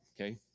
okay